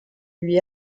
lui